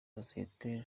sosiyete